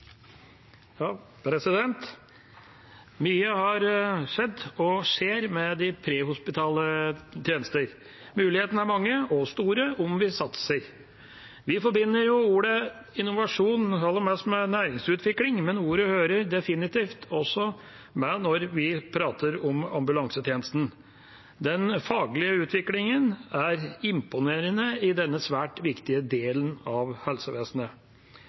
store, om vi satser. Vi forbinder jo ordet «innovasjon» aller mest med næringsutvikling, men ordet hører definitivt også med når vi prater om ambulansetjenesten. Den faglige utviklingen er imponerende i denne svært viktige delen av helsevesenet.